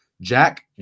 Jack